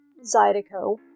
zydeco